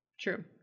True